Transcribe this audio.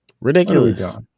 Ridiculous